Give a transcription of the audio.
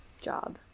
job